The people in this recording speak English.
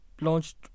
launched